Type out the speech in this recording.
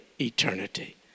eternity